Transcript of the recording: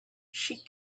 she